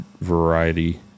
variety